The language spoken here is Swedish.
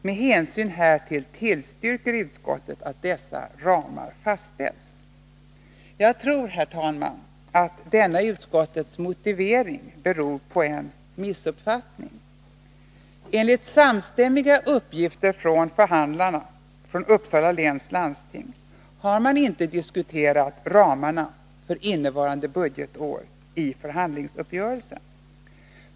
Med hänsyn härtill tillstyrker utskottet att dessa ramar fastställs.” Jag tror, herr talman, att denna utskottets motivering beror på en missuppfattning. Enligt samstämmiga uppgifter från förhandlarna från Uppsala läns landsting har man inte diskuterat ramarna för innevarande budgetår i förhandlingsuppgörelsen.